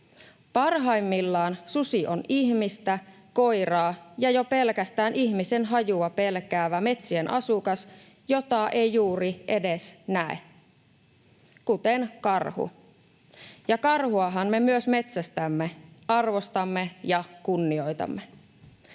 Parhaimmillaan susi on ihmistä, koiraa ja jo pelkästään ihmisen hajua pelkäävä metsien asukas, jota ei juuri edes näe — kuten karhu, ja karhuahan me myös metsästämme, arvostamme ja kunnioitamme.